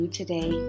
today